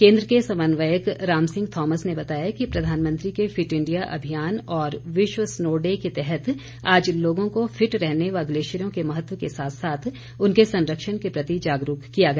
केन्द्र के समन्वयक रामसिंह थॉमस ने बताया कि प्रधानमंत्री के फिट इंडिया अभियान और विश्व रनो डे के तहत आज लोगों को फिट रहने व ग्लेशियरों के महत्व के साथ साथ उनके संरक्षण के प्रति जागरूक किया गया